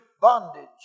bondage